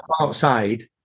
outside